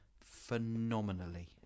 phenomenally